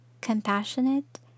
compassionate